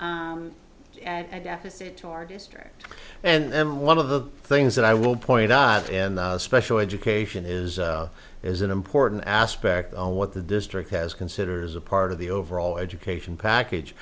flat and deficit to our district and one of the things that i will point out in the special education is is an important aspect of what the district has considers a part of the overall education package